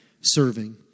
serving